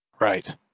Right